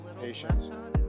Patience